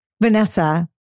Vanessa